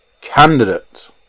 candidate